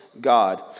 God